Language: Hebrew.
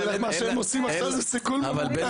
מה שהם עושים עכשיו זה סיכול ממוקד.